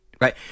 Right